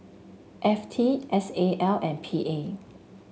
F T S A L and P A